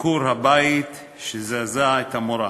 ביקור הבית שזעזע את המורה.